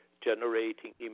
generating